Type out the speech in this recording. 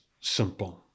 simple